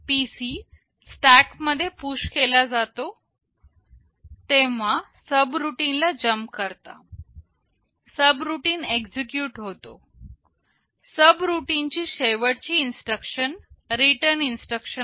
PC stack मध्ये push केला जातो तुम्ही सबरूटीन ला जंप करता सबरूटीन एक्झिक्युट होतो सबरूटीन ची शेवटची इन्स्ट्रक्शन रिटर्न इन्स्ट्रक्शन असेल